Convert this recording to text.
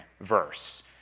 verse